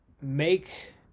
make